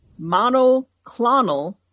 monoclonal